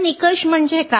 निकष म्हणजे काय